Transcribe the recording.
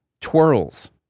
twirls